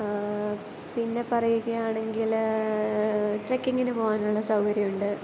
പിന്നെ പറയുകയാണെങ്കിൽ ട്രക്കിങ്ങിന് പോകാനുള്ള സൗകര്യമുണ്ട്